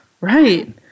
right